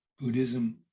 Buddhism